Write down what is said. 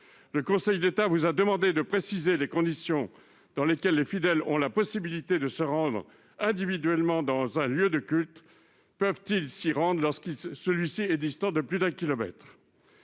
Le Conseil d'État vous a demandé de préciser les conditions dans lesquelles les fidèles ont la possibilité de se rendre individuellement dans un lieu de culte. Peuvent-ils s'y rendre lorsque celui-ci est distant de plus d'un kilomètre ?